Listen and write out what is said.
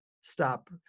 stop